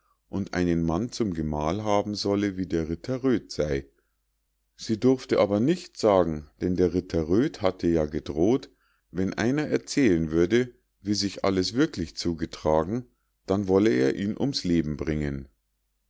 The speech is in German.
und einen mann zum gemahl haben solle wie der ritter röd sei sie durfte aber nichts sagen denn der ritter röd hatte ja gedroh't wenn einer erzählen würde wie sich alles wirklich zugetragen dann wolle er ihn ums leben bringen